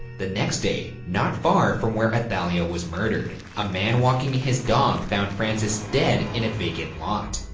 the next day, not far from where athalia was murdered, a man walking his dog found frances dead in a vacant lot.